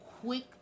quick